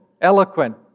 eloquent